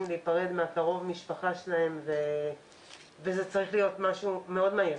להיפרד מקרוב המשפחה שלהם וזה צריך להיות משהו מאוד מהיר